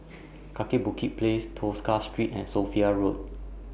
Kaki Bukit Place Tosca Street and Sophia Road